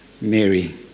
Mary